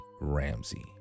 Ramsey